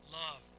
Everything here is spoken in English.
love